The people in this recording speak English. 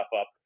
up